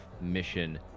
mission